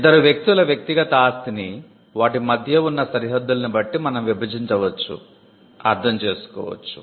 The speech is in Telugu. ఇద్దరు వ్యక్తుల వ్యక్తిగత ఆస్తిని వాటి మధ్య ఉన్న సరిహద్దుల్ని బట్టి మనం విభవించవచ్చు అర్ధం చేసుకోవచ్చు